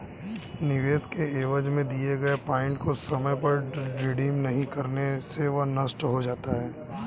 निवेश के एवज में दिए गए पॉइंट को समय पर रिडीम नहीं करने से वह नष्ट हो जाता है